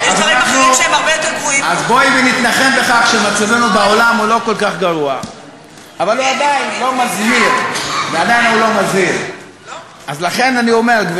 אנחנו יכולים לעבוד כקבוצה ולקחת 50%. אז תצביע בעד ההסתייגות,